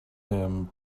him